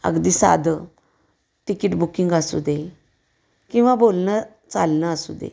अगदी साधं ticket booking असू दे किंवा बोलणं चालणं असू दे